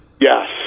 Yes